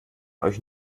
euch